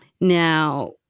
Now